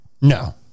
No